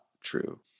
true